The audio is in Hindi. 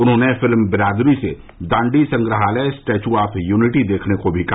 उन्होंने फिल्म बिरादरी से दाण्डी संग्रहालय स्टैच्यू आफ यूनिटी देखनों को भी कहा